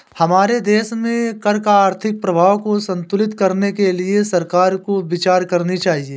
हमारे देश में कर का आर्थिक प्रभाव को संतुलित करने के लिए सरकार को विचार करनी चाहिए